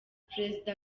perezida